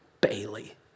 Bailey